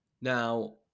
Now